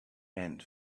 and